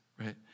right